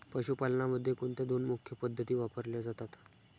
पशुपालनामध्ये कोणत्या दोन मुख्य पद्धती वापरल्या जातात?